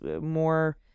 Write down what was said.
more